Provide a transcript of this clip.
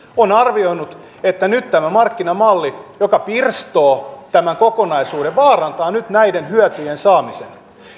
on arvioinut että nyt tämä markkinamalli joka pirstoo tämän kokonaisuuden vaarantaa näiden hyötyjen saamisen